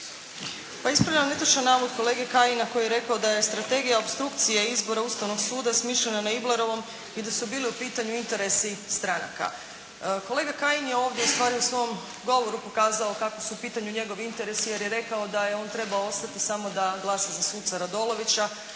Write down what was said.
Pa ispravljam netočan navod kolege Kajina koji je rekao da je strategija opstrukcije izbora Ustavnog suda smišljena na Iblerovom i da su bili u pitanju interesi stranaka. Kolega Kajin je ovdje ustvari u svom govoru pokazao kako su u pitanju njegovi interesi jer je rekao da je on trebao ostati samo da glasa za suca Radolovića